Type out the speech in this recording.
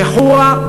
בחורה,